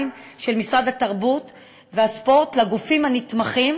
של משרד התרבות והספורט לגופים הנתמכים,